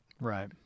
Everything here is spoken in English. Right